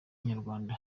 nyarwanda